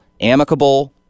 amicable